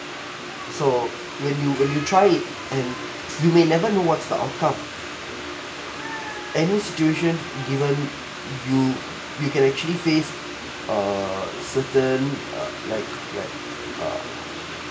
so when you when you tried it and you may never know what's the outcome any situation given you you can actually face err certain uh like like uh